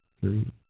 three